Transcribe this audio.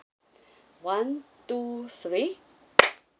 one two three